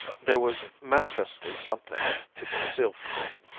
there was manifestly something to conceal from me